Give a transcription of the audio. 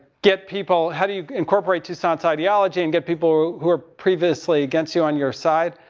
get people, how do you incorporate toussainte's ideology and get people who were previously against you on your side.